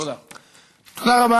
תודה רבה.